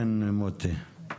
מוטי, בבקשה.